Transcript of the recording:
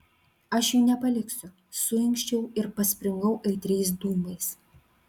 aš jų nepaliksiu suinkščiau ir paspringau aitriais dūmais